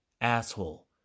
asshole